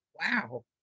Wow